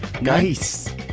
Nice